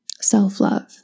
self-love